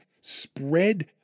spread